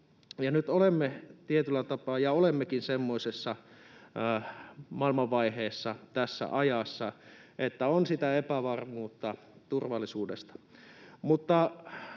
Nyt olemme tietyllä tapaa, ja olemmekin, semmoisessa maailmanvaiheessa tässä ajassa, että on sitä epävarmuutta turvallisuudesta.